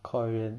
korean